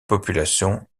population